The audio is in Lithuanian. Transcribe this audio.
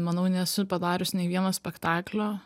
manau nesu padarius nei vieno spektaklio